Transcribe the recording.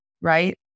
right